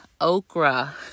okra